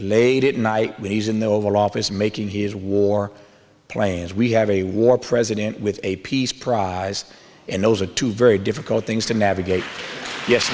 made it night when he's in the oval office making his war planes we have a war president with a peace prize and those are two very difficult things to navigate yes